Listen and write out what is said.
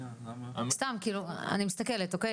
סתם כאילו, אני מסתכלת אוקיי?